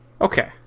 Okay